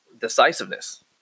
decisiveness